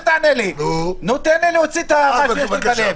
תן לי להוציא את מה שיש לי בלב.